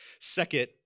Second